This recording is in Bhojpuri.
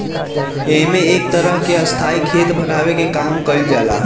एमे एक तरह के स्थाई खेत बनावे के काम कईल जाला